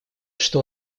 что